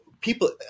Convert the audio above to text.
people